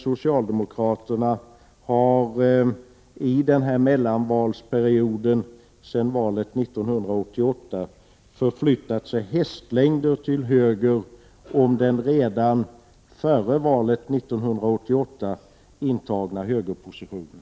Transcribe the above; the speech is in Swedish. Socialdemokraterna däremot har sedan valet 1988 förflyttat sig hästlängder till höger om den redan före valet 1988 intagna högerpositionen.